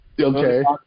Okay